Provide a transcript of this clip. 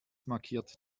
markiert